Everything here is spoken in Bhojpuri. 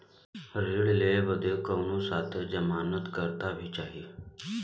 ऋण लेवे बदे कउनो साथे जमानत करता भी चहिए?